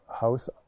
house